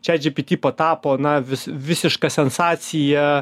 čiat džyžyty patapo na vis visiška sensacija